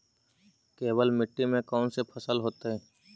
केवल मिट्टी में कौन से फसल होतै?